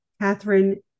catherine